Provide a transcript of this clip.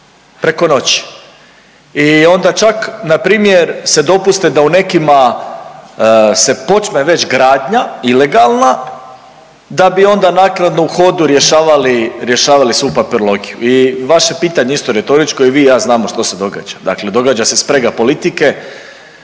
preko noći i onda čak npr. se dopuste da u nekima se počne već gradnja ilegalna, da bi onda naknadno u hodu rješavali, rješavali svu papirologiju i vaše pitanje je isto retoričko, i vi i ja znamo što se događa. Dakle događa se sprega politike,